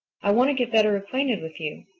i want to get better acquainted with you.